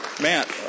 Matt